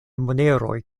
moneroj